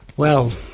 well,